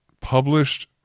published